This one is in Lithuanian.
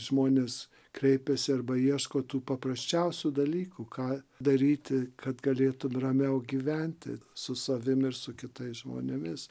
žmonės kreipiasi arba ieško tų paprasčiausių dalykų ką daryti kad galėtų ramiau gyventi su savim ir su kitais žmonėmis